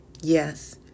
Yes